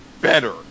better